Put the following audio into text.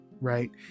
right